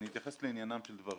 אני אתייחס לעניינם של דברים.